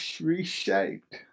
reshaped